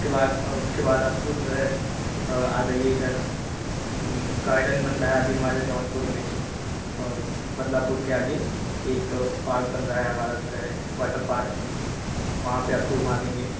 उसके बाद और उसके बाद आप जो है आ जाइए इधर गार्डन बन रहा है अभी हमारे जौनपुर में ही और बदलापुर के आगे एक पार्क बन रहा है हमारा जो वाटर पार्क वहाँ पे आपको घुमा देंगे